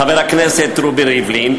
חבר הכנסת רובי ריבלין,